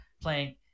playing